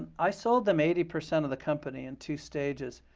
i sold them eighty percent of the company in two stages,